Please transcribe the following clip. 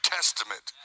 Testament